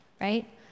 Right